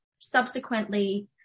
subsequently